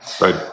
Right